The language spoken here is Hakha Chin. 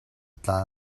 tla